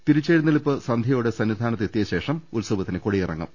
തിരിച്ചെഴുന്നെള്ളിപ്പ് സന്ധ്യയോടെ സന്നിധാനത്ത് എത്തിയശേഷം ഉത്സവത്തിന് കൊടിയിറങ്ങും